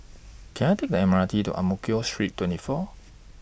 Can I Take The M R T to Ang Mo Kio Street twenty four